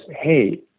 hey